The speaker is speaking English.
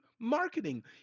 marketing